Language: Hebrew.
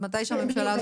כשהממשלה תתחלף?